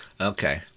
Okay